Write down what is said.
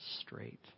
straight